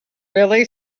really